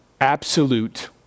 absolute